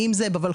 ואם זה בחוף,